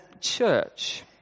church